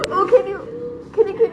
oh can you can you can you